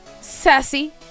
sassy